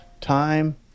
Time